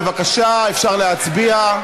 בבקשה, אפשר להצביע.